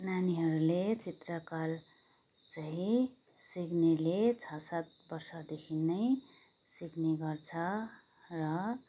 नानीहरूले चित्रकला चाहिँ सिक्नेले छ सात वर्षदेखि नै सिक्ने गर्छ र